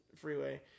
freeway